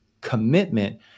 commitment